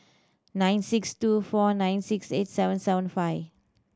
nine six two four nine six eight seven seven five